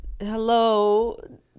Hello